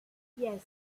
yes